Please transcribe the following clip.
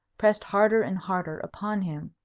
pressed harder and harder upon him.